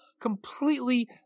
completely